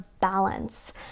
balance